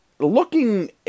Looking